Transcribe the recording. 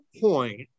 point